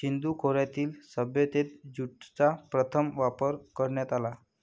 सिंधू खोऱ्यातील सभ्यतेत ज्यूटचा प्रथम वापर करण्यात आला